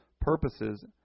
purposes